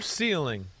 ceiling